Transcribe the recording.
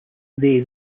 they